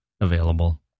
available